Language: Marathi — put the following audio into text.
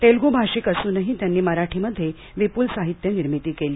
तेलग् भाषिक अस्नही त्यांनी मराठीमध्ये विप्ल साहित्य निर्मिती केली